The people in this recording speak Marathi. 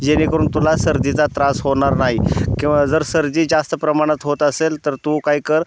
जेणेकरून तुला सर्दीचा त्रास होणार नाही किंवा जर सर्दी जास्त प्रमाणात होत असेल तर तू काय कर